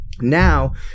Now